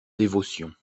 dévotion